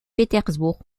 pétersbourg